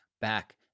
back